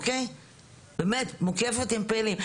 באמת מוקפת בפעילים.